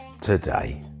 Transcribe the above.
today